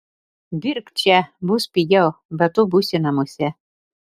dirbk čia bus pigiau be to būsi namuose